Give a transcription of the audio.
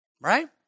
right